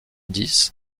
dix